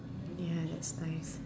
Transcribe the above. ya it's nice